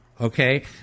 okay